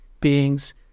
beings